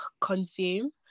consume